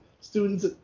students